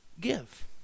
give